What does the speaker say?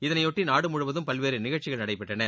இதனையொட்டி நாடு முழுவதும் பல்வேறு நிகழ்ச்சிகள் நடைபெற்றன